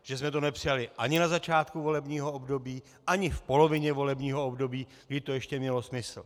Že jsme to nepřijali ani na začátku volebního období, ani v polovině volebního období, kdy to ještě mělo smysl.